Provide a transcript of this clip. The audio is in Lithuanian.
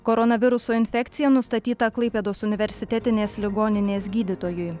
koronaviruso infekcija nustatyta klaipėdos universitetinės ligoninės gydytojui